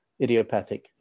idiopathic